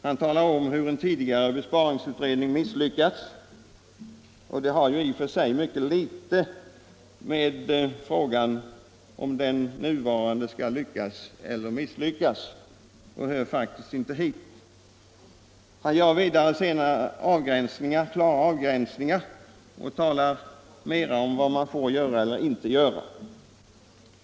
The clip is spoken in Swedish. Han talar om hur en tidigare besparingsutredning misslyckats, och det har i och för sig mycket litet att göra med frågan om den nuvarande skall lyckas eller misslyckas. Det hör faktiskt inte hit. Han gör vidare klara avgränsningar och talar mera om vad utredningen inte får göra än om vad den får göra.